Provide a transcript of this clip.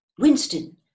Winston